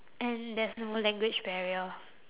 and there's no language barrier